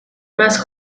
más